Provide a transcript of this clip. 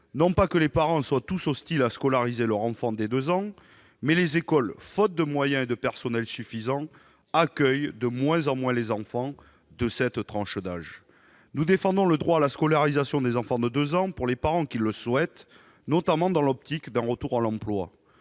: les parents ne sont pas tous hostiles à une scolarisation de leurs enfants dès l'âge de 2 ans, mais les écoles, faute de moyens et de personnel, accueillent de moins en moins les enfants de cette tranche d'âge. Nous défendons le droit à la scolarisation des enfants de 2 ans pour les parents qui la souhaitent, notamment dans la perspective d'un retour à l'emploi.